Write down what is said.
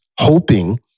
hoping